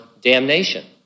damnation